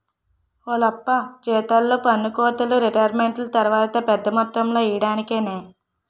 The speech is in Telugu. ఓలప్పా జీతాల్లో పన్నుకోతలు రిటైరుమెంటు తర్వాత పెద్ద మొత్తంలో ఇయ్యడానికేనే